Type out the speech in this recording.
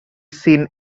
seen